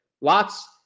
Lots